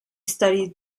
studied